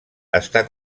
està